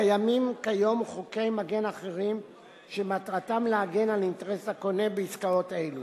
קיימים חוקי מגן אחרים שמטרתם להגן על אינטרס הקונה בעסקאות אלו.